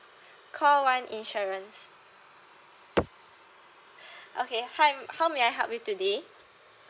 call one insurance okay hi how may I help you today